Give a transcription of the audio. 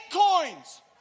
coins